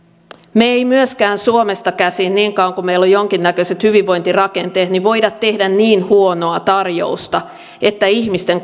me emme myöskään suomesta käsin niin kauan kuin meillä on jonkinnäköiset hyvinvointirakenteet voi tehdä niin huonoa tarjousta että ihmisten